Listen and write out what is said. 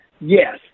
yes